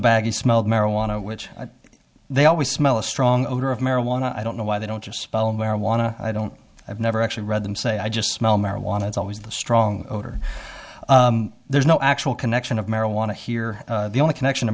he smelled marijuana which they always smell a strong odor of marijuana i don't know why they don't just spell marijuana i don't i've never actually read them say i just smell marijuana it's always the strong odor there's no actual connection of marijuana here the only connection